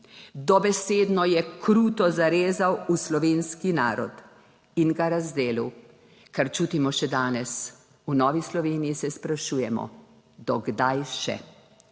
dobesedno je kruto zarezal v slovenski narod in ga razdelil, kar čutimo še danes. V Novi Sloveniji se sprašujemo, do kdaj še.